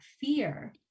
fear